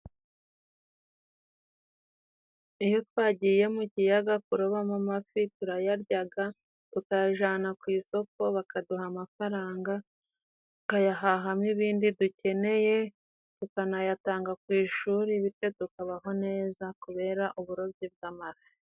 iyo twagiye mu kiyaga kurobamo amafi, turayaryaga tukayajana ku isoko bakaduha amafaranga tukayahahamo ibindi dukeneye, tukanayatanga ku ishuri bityo tukabaho neza kubera uburobyi bw'amafi.